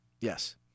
Yes